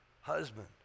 husband